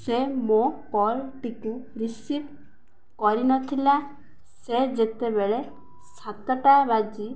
ସେ ମୋ କଲ୍ଟିକୁ ରିସିଭ୍ କରିନଥିଲା ସେ ଯେତେବେଳେ ସାତଟା ବାଜି